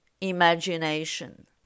imagination